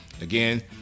again